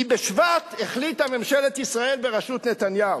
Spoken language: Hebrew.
כי בשבט החליטה ממשלת ישראל בראשות נתניהו.